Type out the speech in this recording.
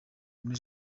muri